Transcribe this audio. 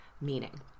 meaning